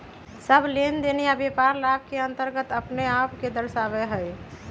सब लेनदेन या व्यापार लाभ के अन्तर्गत अपने आप के दर्शावा हई